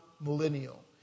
millennial